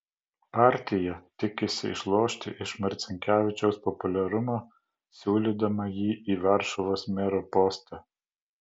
partija tikisi išlošti iš marcinkevičiaus populiarumo siūlydama jį į varšuvos mero postą